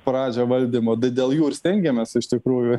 pradžią valdymo tai dėl jų ir stengiamės iš tikrųjų